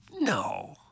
No